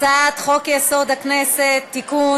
הצעת חוק-יסוד: הכנסת (תיקון,